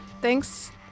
Thanks